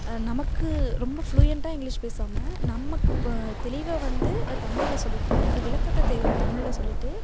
நமக்கு ரொம்ப ஃப்ளுயண்டாக இங்கிலீஷ் பேசாமல் நமக்கு ப தெளிவாக வந்து தமிழில் சொல்லிட்டு விளக்கத்தை தே தமிழில் சொல்லிவிட்டு